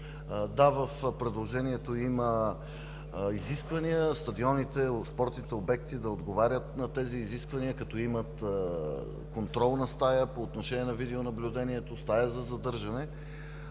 В предложението има изисквания стадионите, спортните обекти да отговарят на тези изисквания, като има контролна стая по отношение на видеонаблюдението, стая за задържане.